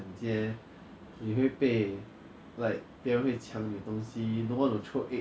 ya lah but they can drive to the Starbucks [what] so it's more convenient because they have the drive through and whatever